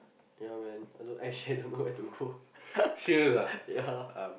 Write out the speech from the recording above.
ya man I don't actually I don't know where to go ya